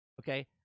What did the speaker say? okay